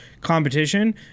competition